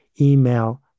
email